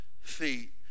feet